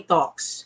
Talks